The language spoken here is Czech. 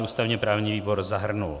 Ústavněprávní výbor zahrnul.